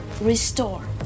Restore